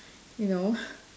you know